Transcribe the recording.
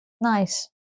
Nice